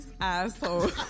asshole